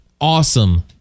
awesome